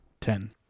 Ten